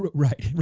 right,